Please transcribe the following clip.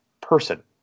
person